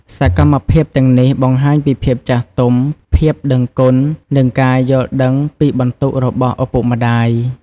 សកម្មភាពទាំងនេះបង្ហាញពីភាពចាស់ទុំ ភាពដឹងគុណ និងការយល់ដឹងពីបន្ទុករបស់ឪពុកម្ដាយ។